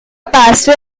pastor